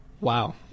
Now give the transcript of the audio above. Wow